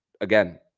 again